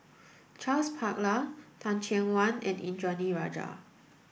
Charles Paglar Teh Cheang Wan and Indranee Rajah